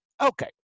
Okay